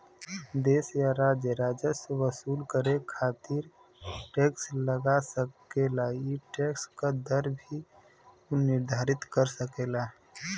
देश या राज्य राजस्व वसूल करे खातिर टैक्स लगा सकेला ई टैक्स क दर भी उ निर्धारित कर सकेला